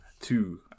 two